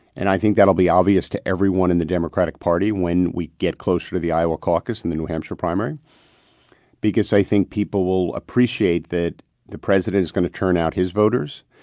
and i think that'll be obvious to everyone in the democratic party when we get closer to the iowa caucus and the new hampshire primary because i think people will appreciate that the president is going to turn out his voters.